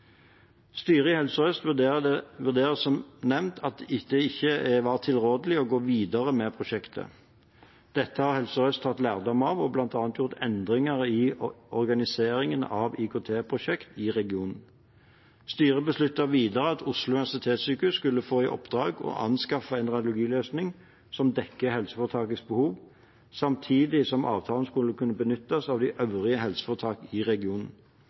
Styret i Helse Sør-Øst vurderte som nevnt at det ikke var tilrådelig å gå videre med prosjektet. Dette har Helse Sør-Øst tatt lærdom av, og bl.a. gjort endringer i organiseringen av IKT-prosjekt i regionen. Styret besluttet videre at Oslo universitetssykehus skulle få i oppdrag å anskaffe en radiologiløsning som dekker helseforetakets behov, samtidig som avtalen skulle kunne benyttes av de øvrige helseforetakene i regionen.